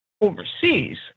overseas